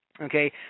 okay